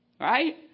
Right